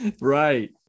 Right